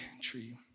tree